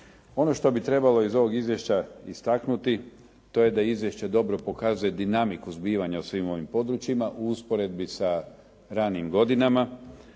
Ono što bi trebalo iz ovog izvješća istaknuti to je da izvješće pokazuje dobru dinamiku zbivanja o svim ovim područjima u usporedbi sa ranijim godinama,